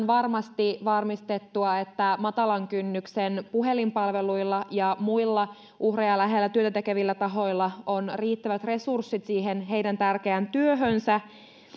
varmasti varmistettua että matalan kynnyksen puhelinpalveluilla ja muilla uhreja lähellä työtä tekevillä tahoilla on riittävät resurssit siihen heidän tärkeään työhönsä